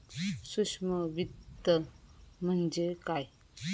सूक्ष्म वित्त म्हणजे काय?